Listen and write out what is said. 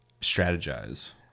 strategize